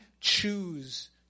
choose